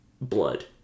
Blood